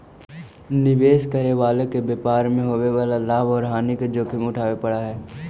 निवेश करे वाला के व्यापार मैं होवे वाला लाभ औउर हानि के जोखिम उठावे पड़ऽ हई